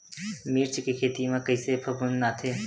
मिर्च के खेती म कइसे फफूंद आथे?